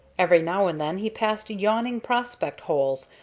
every now and then he passed yawning prospect-holes,